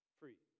free